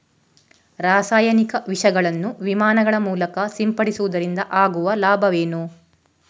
ರಾಸಾಯನಿಕ ವಿಷಗಳನ್ನು ವಿಮಾನಗಳ ಮೂಲಕ ಸಿಂಪಡಿಸುವುದರಿಂದ ಆಗುವ ಲಾಭವೇನು?